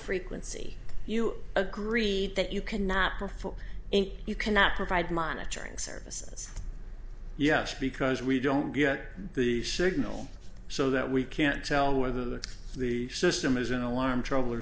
frequency you agree that you cannot perform and you cannot provide monitoring services yes because we don't get the signal so that we can't tell whether the the system is in alarm trouble